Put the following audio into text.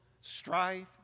strife